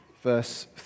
Verse